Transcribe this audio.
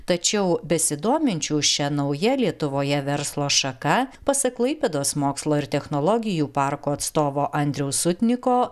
tačiau besidominčių šia nauja lietuvoje verslo šaka pasak klaipėdos mokslo ir technologijų parko atstovo andriaus sutniko